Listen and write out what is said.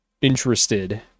interested